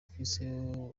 twise